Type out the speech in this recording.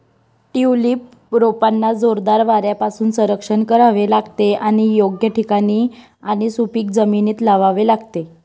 tulip रोपांना जोरदार वाऱ्यापासून संरक्षण करावे लागते आणि योग्य ठिकाणी आणि सुपीक जमिनीत लावावे लागते